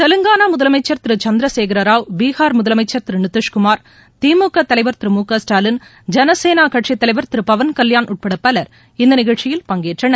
தெலங்கானா முதலமைச்சர் திரு சந்திரசேகர ராவ் பீகார் முதலமைச்சர் திரு நிதிஷ்குமார் திமுக தலைவர் திரு மு க ஸ்டாலின் ஜனசேனா கட்சித் தலைவர் திரு பவன் கல்யாண் உட்பட பலர் இந்த நிகழ்ச்சியில் பங்கேற்றனர்